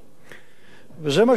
וזה מה שאנחנו נמצאים בו כרגע.